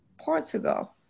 portugal